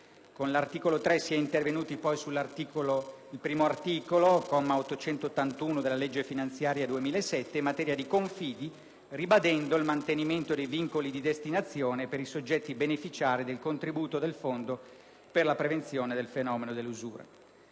Con l'articolo 3 si è intervenuti sull'articolo 1, comma 881, della legge finanziaria 2007, in materia di confidi, ribadendo il mantenimento dei vincoli di destinazione per i soggetti beneficiari del contributo del Fondo per la prevenzione del fenomeno dell'usura.